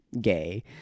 gay